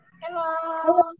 hello